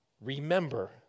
remember